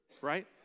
Right